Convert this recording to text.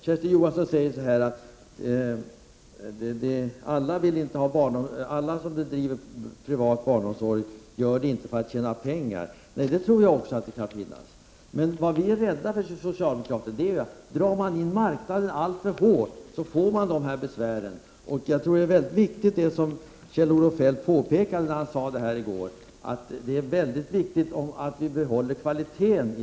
Kersti Johansson säger att inte alla som bedriver privat barnomsorg gör det för att tjäna pengar. Nej, jag tror också att det kan finnas andra. Men vad vi socialdemokrater är rädda för är att om man drar in marknaden alltför hårt så får man sådana besvär. Som Kjell-Olof Feldt påpekade i går är det väldigt viktigt att behålla kvaliteten.